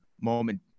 Moment